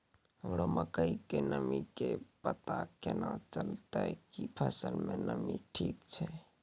हमरा मकई के नमी के पता केना चलतै कि फसल मे नमी ठीक छै?